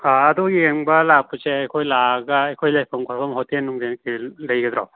ꯑꯗꯣ ꯌꯦꯡꯕ ꯂꯥꯛꯄꯁꯦ ꯑꯩꯈꯣꯏ ꯂꯥꯛꯑꯒꯦ ꯑꯩꯈꯣꯏ ꯂꯩꯐꯝ ꯈꯣꯠꯐꯝ ꯍꯣꯇꯦꯜ ꯅꯨꯡꯇꯦꯜ ꯔꯦꯟ ꯂꯩꯒꯗ꯭ꯔꯣ